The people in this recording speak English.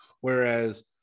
Whereas